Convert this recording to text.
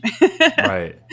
Right